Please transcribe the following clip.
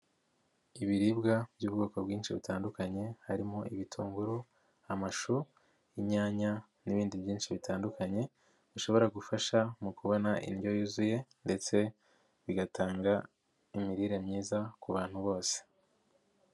Ibiribwa by'ubwoko bwinshi butandukanye harimo: ibitunguru, amashu, inyanya n'ibindi byinshi bitandukanye, bishobora gufasha mu kubona indyo yuzuye ndetse bigatanga imirire myiza ku bantu bose.